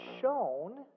shown